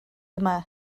yma